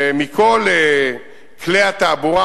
מכל כלי התעבורה,